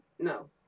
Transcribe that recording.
No